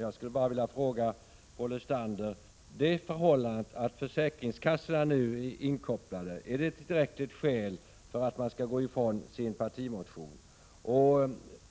Jag vill fråga Paul Lestander: Är det förhållandet att försäkringskassorna nu skall inkopplas ett tillräckligt skäl för att man skall gå ifrån sin partimotion?